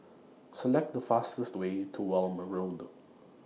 Select The fastest Way to Welm Road